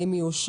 האם היא אושרה,